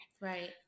Right